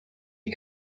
you